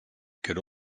could